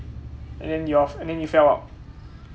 and then you are and then you fell out